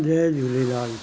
Jay Jhulelal